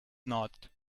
not